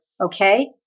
Okay